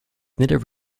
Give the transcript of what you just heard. native